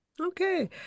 Okay